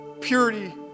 purity